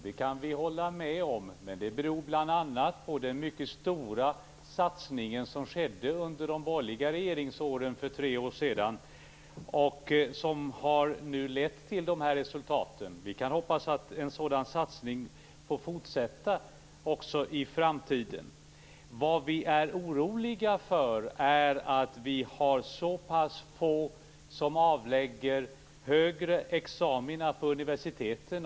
Det kan vi hålla med om, men det beror bl.a. på den mycket stora satsning som skedde under de borgerliga regeringsåren för tre år sedan, och som nu har lett till de här resultaten. Vi kan hoppas att en sådan satsning får fortsätta också i framtiden. Vad vi är oroliga för är att det är så pass få som avlägger högre examina vid universiteten.